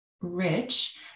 rich